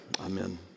Amen